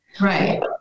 Right